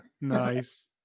Nice